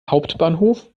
hauptbahnhof